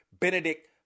Benedict